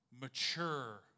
mature